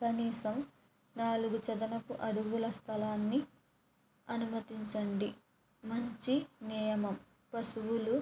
కనీసం నాలుగు చదరపు అడుగుల స్థలాన్ని అనుమతించండి మంచి నియమం పశువులు